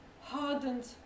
hardened